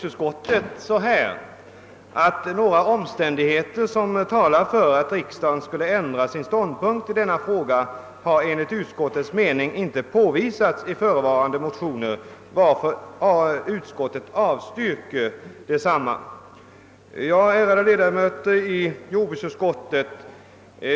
Utskottet anför att några omständigheter som talar för att riksdagen skulle ändra sin ståndpunkt i denna fråga enligt utskottets mening inte påvisats i förevarande motioner, varför utskottet avstyrker desamma. Ärade ledamöter av jordbruksutskottet!